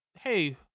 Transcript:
hey